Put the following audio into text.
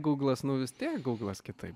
gūglas nu vis tiek gūglas kitaip